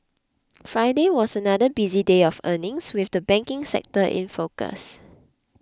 Friday was another busy day of earnings with the banking sector in focus